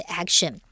action